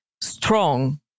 strong